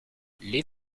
les